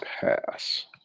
pass